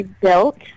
built